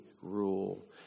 rule